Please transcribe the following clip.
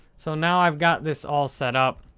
so, now i've got this all set up.